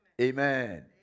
Amen